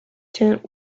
tent